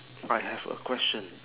I have a question